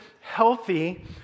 healthy